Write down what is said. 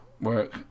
work